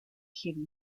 heavy